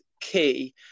key